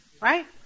right